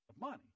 money